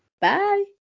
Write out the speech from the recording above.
bye